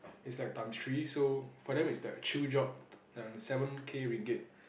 is like times three so for them it's like chill job and seven K ringgit